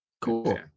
Cool